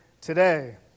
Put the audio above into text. today